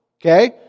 Okay